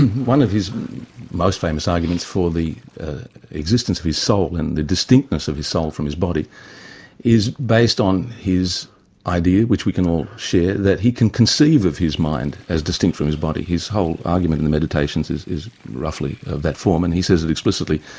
one of his most famous arguments for the existence of his soul and the distinctness of his soul from his body is based on his idea, which we can all share, that he can conceive of his mind as distinct from his body. his whole argument in the meditations is is roughly of that form, and he says it explicitly,